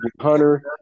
Hunter